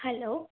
hello